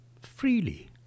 Freely